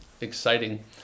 exciting